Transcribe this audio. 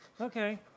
Okay